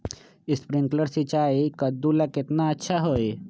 Sprinkler सिंचाई कददु ला केतना अच्छा होई?